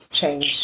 change